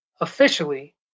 officially